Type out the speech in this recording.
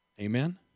Amen